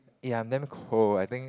eh I'm damn cold I think